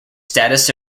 status